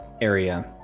area